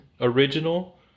original